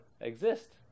exist